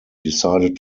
decided